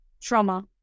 trauma